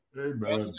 Amen